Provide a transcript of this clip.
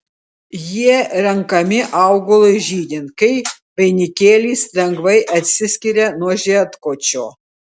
jie renkami augalui žydint kai vainikėlis lengvai atsiskiria nuo žiedkočio